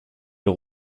ils